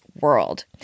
world